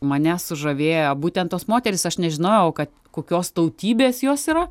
mane sužavėjo būtent tos moterys aš nežinojau kad kokios tautybės jos yra